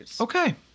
Okay